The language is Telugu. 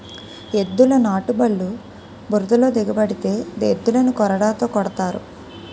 ఎద్దుల నాటుబల్లు బురదలో దిగబడితే ఎద్దులని కొరడాతో కొడతారు